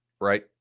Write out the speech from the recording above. right